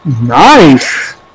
nice